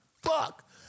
fuck